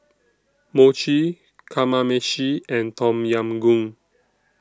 Mochi Kamameshi and Tom Yam Goong